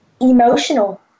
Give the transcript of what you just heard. emotional